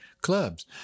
Clubs